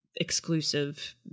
exclusive